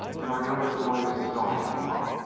and our younger boys is going to pot!